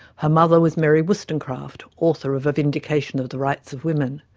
her mother was mary wollstonecraft, author of a vindication of the rights of women,